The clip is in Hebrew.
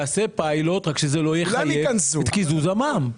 תעשה פיילוט, רק שזה לא יחייב את קיזוז המע"מ.